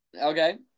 Okay